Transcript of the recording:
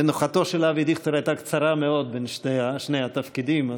מנוחתו של אבי דיכטר הייתה קצרה מאוד בין שני התפקידים.